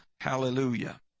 Hallelujah